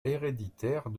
héréditaire